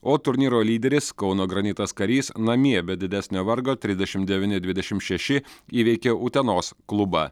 o turnyro lyderis kauno granitas karys namie be didesnio vargo trisdešim devyni dvidešim šeši įveikė utenos klubą